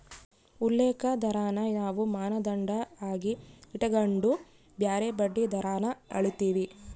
ಉಲ್ಲೇಖ ದರಾನ ನಾವು ಮಾನದಂಡ ಆಗಿ ಇಟಗಂಡು ಬ್ಯಾರೆ ಬಡ್ಡಿ ದರಾನ ಅಳೀತೀವಿ